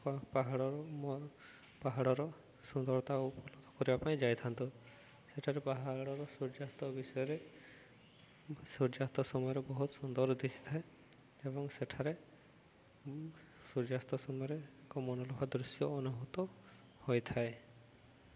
ପାହାଡ଼ରୁ ପାହାଡ଼ର ସୁନ୍ଦରତା ଉପଲବ୍ଧ କରିବା ପାଇଁ ଯାଇଥାଉ ସେଠାରେ ପାହାଡ଼ର ସୂର୍ଯ୍ୟାସ୍ତ ବିଷୟରେ ସୂର୍ଯ୍ୟାସ୍ତ ସମୟରେ ବହୁତ ସୁନ୍ଦର ଦିଶିଥାଏ ଏବଂ ସେଠାରେ ସୂର୍ଯ୍ୟାସ୍ତ ସମୟରେ ଏକ ମନୋଲୋଭା ଦୃଶ୍ୟ ଅନୁଭୂତ ହୋଇଥାଏ